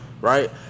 right